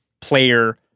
player